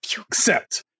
accept